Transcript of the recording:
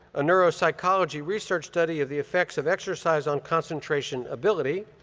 a neuropsychology research study of the effects of exercise on concentration ability,